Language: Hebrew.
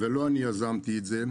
ולא אני יזמתי את זה,